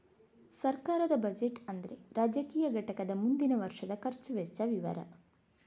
ಸರ್ಕಾರದ ಬಜೆಟ್ ಅಂದ್ರೆ ರಾಜಕೀಯ ಘಟಕದ ಮುಂದಿನ ವರ್ಷದ ಖರ್ಚು ವೆಚ್ಚ ವಿವರ